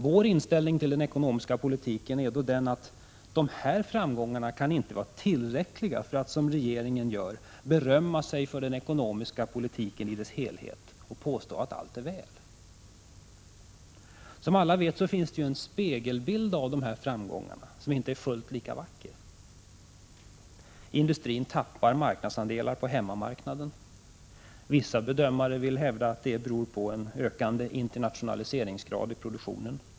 Vår inställning till den ekonomiska politiken är att dessa framgångar inte kan vara tillräckliga för att, som regeringen gör, berömma sig för den ekonomiska politiken i dess helhet och påstå att allt är väl. Som alla vet finns det en spegelbild av de här framgångarna som inte är fullt lika vacker. — Industrin tappar marknadsandelar på hemmamarknaden. Vissa bedömare vill hävda att det beror på en ökande internationaliseringsgrad i produktionen.